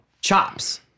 chops